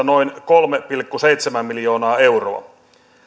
noin kolme pilkku seitsemän miljoonaa euroa